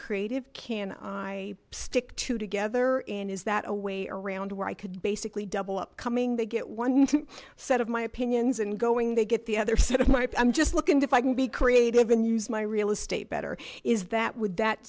creative can i stick two together and is that a way around where i could basically double up coming they get one set of my opinions and going they get the other side of my i'm just looking to fight and be creative and use my real estate better is that would that